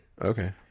Okay